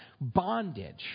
bondage